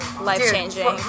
life-changing